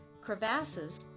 Crevasses